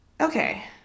Okay